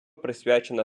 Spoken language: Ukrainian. присвячена